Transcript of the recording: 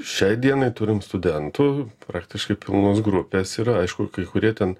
šiai dienai turim studentų praktiškai pilnos grupės yra aišku kai kurie ten